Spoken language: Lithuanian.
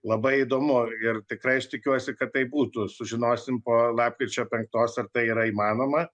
labai įdomu ir tikrai aš tikiuosi kad tai būtų sužinosim po lapkričio penktos ar tai yra įmanoma